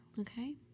Okay